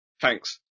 thanks